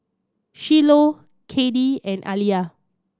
Shiloh Caddie and Aliya